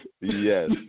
Yes